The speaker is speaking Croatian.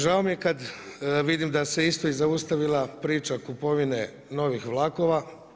Žao mi je kad vidim da se isto i zaustavila priča o kupovine novih vlakova.